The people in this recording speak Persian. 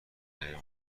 غیر